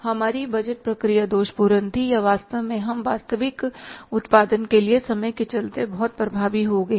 हमारी बजट प्रक्रिया दोष पूर्ण थी या वास्तव में हम वास्तविक उत्पादन के लिए समय के चलते बहुत प्रभावी हो गए हैं